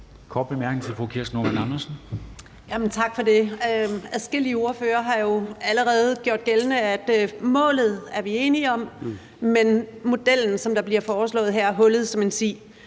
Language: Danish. Tak for det. Adskillige ordførere har jo allerede gjort gældende, at vi er enige om målet, men at modellen, som bliver foreslået her, er hullet som en si.